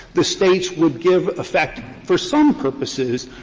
the states would give effect, for some purposes,